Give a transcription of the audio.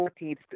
14th